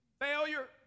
failure